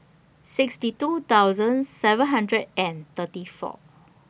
sixty two thousand seven hundred and thirty four